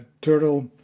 Turtle